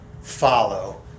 follow